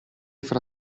fra